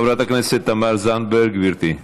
חברת הכנסת תמר זנדברג, גברתי.